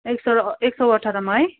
एक सर एक सौ अठारमा है